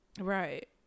right